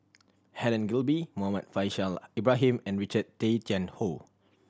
Helen Gilbey Muhammad Faishal Ibrahim and Richard Tay Tian Hoe